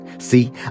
See